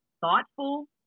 thoughtful